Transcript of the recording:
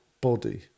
body